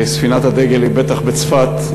ספינת הדגל היא בטח בצפת,